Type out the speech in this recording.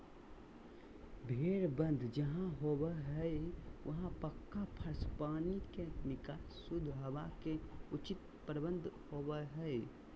भेड़ वध जहां होबो हई वहां पक्का फर्श, पानी के निकास, शुद्ध हवा के उचित प्रबंध होवअ हई